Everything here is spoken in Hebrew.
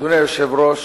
אדוני היושב-ראש,